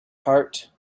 heart